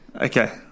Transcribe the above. Okay